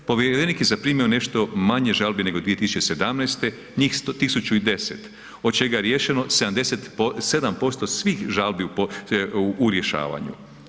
Povjerenik je zaprimio nešto manje žalbi nego 2017., njih 1010, od čega je riješeno 77% svih žalbi u rješavanju.